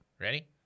Ready